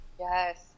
yes